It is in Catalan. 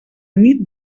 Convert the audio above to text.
nit